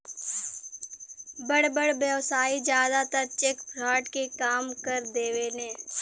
बड़ बड़ व्यवसायी जादातर चेक फ्रॉड के काम कर देवेने